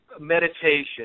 meditation